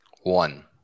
One